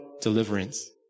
deliverance